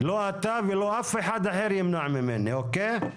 לא אתה ולא אף אחד אחר ימנע ממני אוקי?